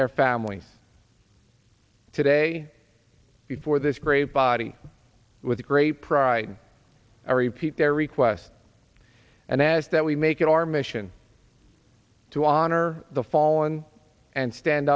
their families today before this great body with great pride i repeat their request and as that we make it our mission to honor the fallen and stand